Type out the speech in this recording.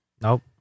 Nope